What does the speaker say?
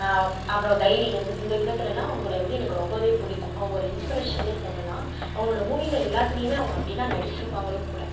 அப்பறம் தைரியம் இந்த விதத்துலலாம் அவங்கள வந்து எனக்கு ரொம்ப பிடிக்கும் அவங்க ஒரு இன்ஸ்பிரேஷன்னே சொல்லலாம் அவங்களோட மூவியில் எல்லாத்லேயுமே அவங்க அப்டிதான் நடிச்சிருப்பாங்களும் கூட